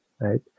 right